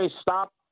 stop